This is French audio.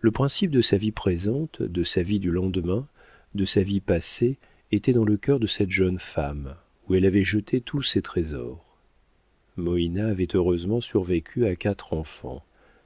le principe de sa vie présente de sa vie du lendemain de sa vie passée était dans le cœur de cette jeune femme où elle avait jeté tous ses trésors moïna avait heureusement survécu à quatre enfants